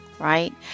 Right